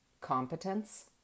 competence